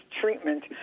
treatment